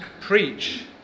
preach